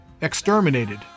exterminated